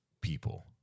people